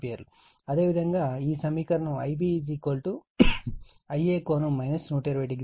అదేవిధంగా ఈ సమీకరణం Ib Ia ∠ 1200 ను ఉత్పన్నం చేశాము